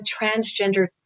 transgender